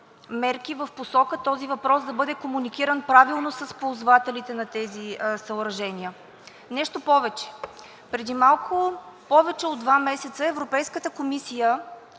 мерки в посока този въпрос да бъде комуникиран правилно с ползвателите на тези съоръжения. Нещо повече, преди малко повече от два месеца Европейската комисия